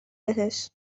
بهش